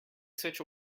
switch